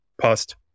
past